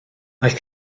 aeth